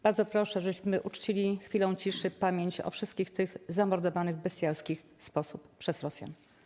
Bardzo proszę, żebyśmy uczcili chwilą ciszy pamięć o wszystkich tych zamordowanych w bestialski sposób przez Rosjan.